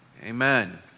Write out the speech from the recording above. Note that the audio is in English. Amen